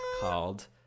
called